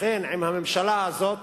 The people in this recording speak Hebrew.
לכן , עם הממשלה הזאת,